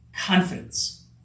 Confidence